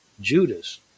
Judas